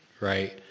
right